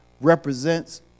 represents